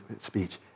speech